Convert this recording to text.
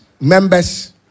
members